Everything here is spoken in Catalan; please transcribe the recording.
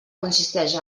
consisteix